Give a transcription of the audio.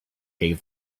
gave